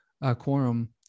quorum